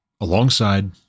alongside